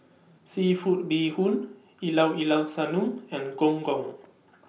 Seafood Bee Hoon E Lau E Lau Sanum and Gong Gong